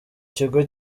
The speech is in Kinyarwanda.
kigo